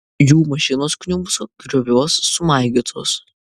jų mašinos kniūbso grioviuos sumaigytos